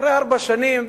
אחרי ארבע שנים,